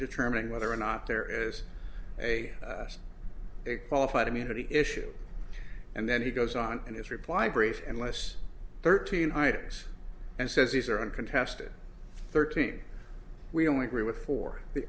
determining whether or not there is a qualified immunity issue and then he goes on in his reply brief and less thirteen items and says these are uncontested thirteen we only agree with for the